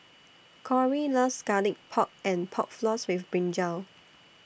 Kori loves Garlic Pork and Pork Floss with Brinjal